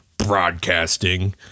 Broadcasting